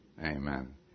Amen